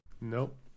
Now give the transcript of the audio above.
nope